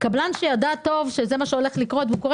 קבלן שידע טוב שזה מה שהולך לקרות והוא קורא